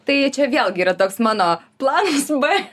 tai čia vėlgi yra toks mano planas b